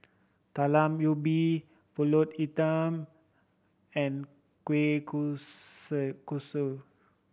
Talam Ubi Pulut Hitam and kueh kosui